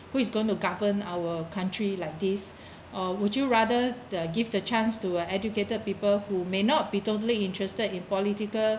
who is going to govern our country like this or would you rather the give the chance to uh educated people who may not be totally interested in political